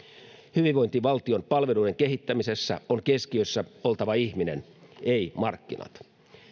hyvinvointivaltion palveluiden kehittämisessä on keskiössä oltava ihminen ei markkinat